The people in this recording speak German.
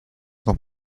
noch